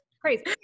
crazy